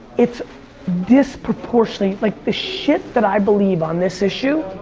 it's disproportionately like, the shit that i believe on this issue.